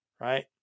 right